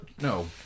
No